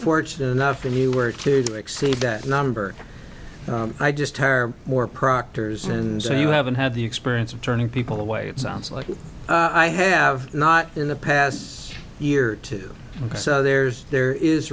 fortunate enough and you were to exceed that number i just hire more proctors and so you haven't had the experience of turning people away it sounds like i have not in the past year or two so there's there is